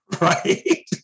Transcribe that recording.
right